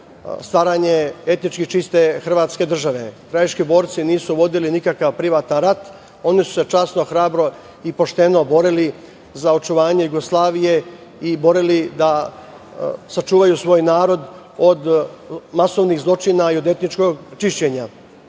stvaranje etnički čiste hrvatske države. Krajiški borci nisu vodili nikakav privatan rat, oni su se časno, hrabro i pošteno borili za očuvanje Jugoslavije i borili da sačuvaju svoj narod od masovnih zločina i od etničkog čišćenja. Takođe,